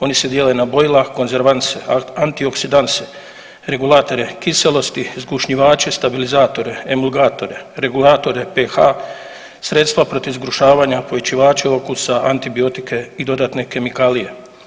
Oni se dijele na bojila, konzervanse, antioksidanse, regulatore kiselosti, zgušnjivače, stabilizatore, emulgatore, regulatore pH sredstva protiv zgrušavanja, pojačivače okusa, antibiotike i dodatne kemikalije.